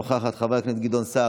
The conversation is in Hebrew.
נוכחת ומוותרת,